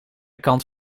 kant